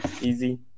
easy